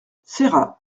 serra